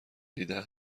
دیده